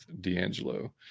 D'Angelo